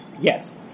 Yes